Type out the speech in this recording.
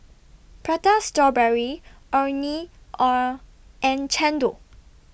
Prata Strawberry Orh Nee Are and Chendol